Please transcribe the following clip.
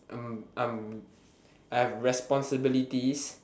I'm I'm I have responsibilities